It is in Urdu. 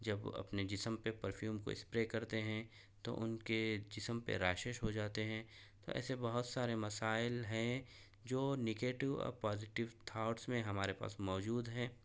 جب اپنے جسم پہ پرفیوم کو اسپرے کرتے ہیں تو ان کے جسم پہ ریشز ہو جاتے ہیں ایسے بہت سارے مسائل ہیں جو نیگیٹو اور پازیٹو تھاؤٹس میں ہمارے پاس موجود ہیں